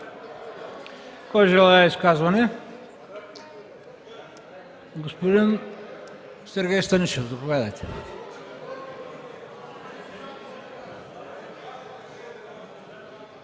Кой желае изказване? Господин Сергей Станишев, заповядайте.